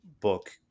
book